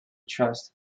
trust